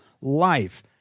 life